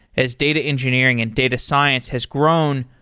as data engineering and data science has grown,